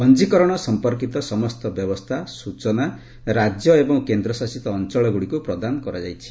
ପଞ୍ଜୀକରଣ ସମ୍ପର୍କୀତ ସମସ୍ତ ବ୍ୟବସ୍ଥା ସୂଚନା ରାଜ୍ୟ ଏବଂ କେନ୍ଦ୍ରଶାସିତ ଅଞ୍ଚଳଗୁଡିକୁ ପ୍ରଦାନ କରାଯାଇଛି